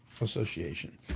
Association